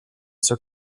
zur